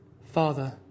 Father